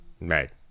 Right